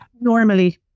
normally